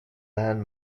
land